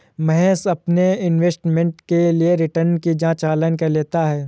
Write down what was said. महेश अपने इन्वेस्टमेंट के लिए रिटर्न की जांच ऑनलाइन कर लेता है